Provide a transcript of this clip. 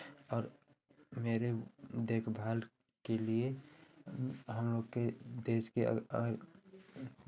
और मेरे देखभाल के लिए हम लोग के देश के